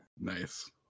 nice